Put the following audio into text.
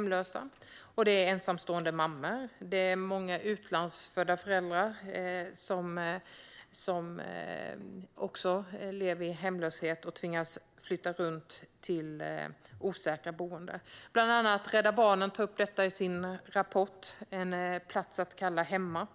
Många ensamstående mammor och också många utlandsfödda föräldrar lever i hemlöshet och tvingas flytta runt till osäkra boenden. Bland annat tar Rädda Barnen upp detta i sin rapport En plats att kalla hemma .